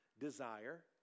desire